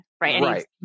right